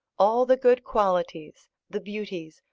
all the good qualities, the beauties,